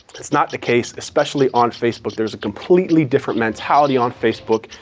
it's not the case. especially on facebook, there's a completely different mentality on facebook,